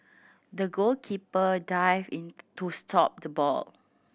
the goalkeeper dived into stop the ball